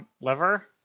liver